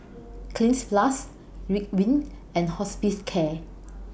Cleanz Plus Ridwind and Hospicare